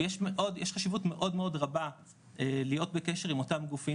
יש חשיבות מאוד רבה להיות בקשר עם אותם גופים